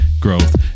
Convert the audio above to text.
growth